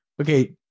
Okay